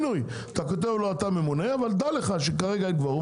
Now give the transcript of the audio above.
אתה ממונה אבל דע לך שאין קוורום